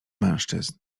mężczyzn